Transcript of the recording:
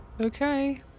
Okay